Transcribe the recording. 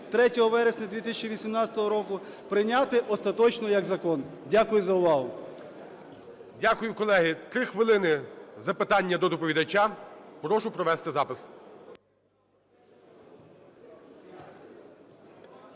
3 вересня 2018 року прийняти остаточно як закон. Дякую за увагу. ГОЛОВУЮЧИЙ. Дякую, колеги. 3 хвилини – запитання до доповідача. Прошу провести запис.